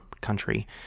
country